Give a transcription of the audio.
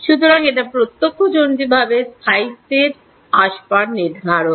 সুতরাং এটা প্রত্যক্ষ জনিতভাবে স্থায়িত্বএ আসবার নির্ণায়ক